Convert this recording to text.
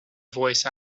voice